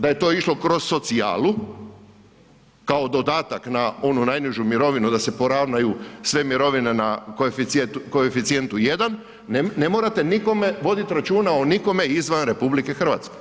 Da je to išlo kroz socijalu, kao dodatak na onu najnižu mirovinu da se poravnaju sve mirovine na koeficijentu 1 ne morate voditi računa o nikome izvan RH.